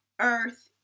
earth